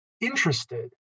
interested